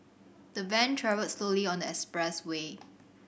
the van travelled slowly on the expressway